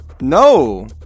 no